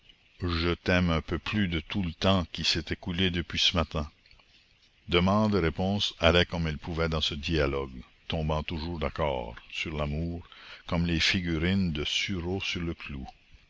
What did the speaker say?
je t'aime un peu plus de tout le temps qui s'est écoulé depuis ce matin demandes et réponses allaient comme elles pouvaient dans ce dialogue tombant toujours d'accord sur l'amour comme les figurines de sureau sur le clou